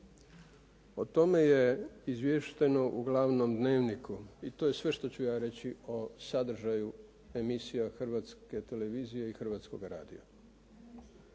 O tome je izvješteno u glavnom dnevniku i to je sve što ću ja reći o sadržaju emisija Hrvatske televizije i Hrvatskoga radija.